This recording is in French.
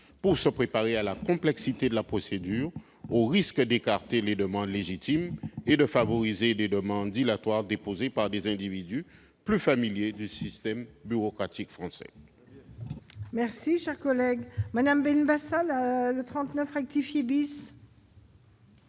pour se préparer à la complexité de la procédure, au risque d'écarter les demandes légitimes et de favoriser les demandes dilatoires déposées par des individus plus familiers du système bureaucratique français. L'amendement n° 39 rectifié,